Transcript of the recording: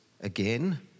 again